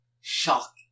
shock